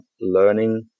Learning